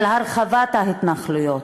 של הרחבת ההתנחלויות,